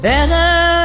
Better